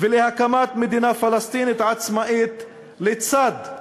ולהקמת מדינה פלסטינית עצמאית לצד,